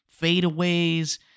fadeaways